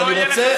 לא,